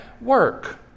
Work